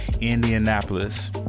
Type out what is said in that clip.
Indianapolis